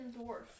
dwarf